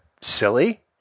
silly